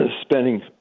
spending